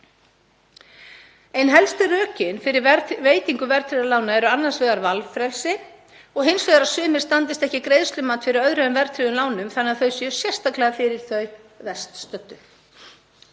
Ein helstu rökin fyrir veitingu verðtryggðra lána eru annars vegar valfrelsi og hins vegar að sumir standist ekki greiðslumat fyrir öðru en verðtryggðum lánum þannig að þau séu sérstaklega fyrir þau verst stöddu.